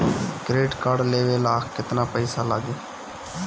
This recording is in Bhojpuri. क्रेडिट कार्ड लेवे ला केतना पइसा लागी?